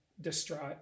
distraught